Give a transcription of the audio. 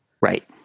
right